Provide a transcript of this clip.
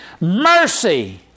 mercy